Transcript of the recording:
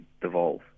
devolve